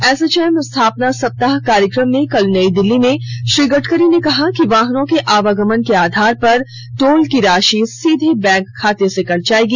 एसोचौम स्थापना सप्ताह कार्यक्रम में कल नई दिल्ली में श्री गडकरी ने कहा कि वाहनों के आवागमन के आधार पर टोल की राशि सीधे बैंक खाते से कट जाएगी